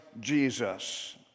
Jesus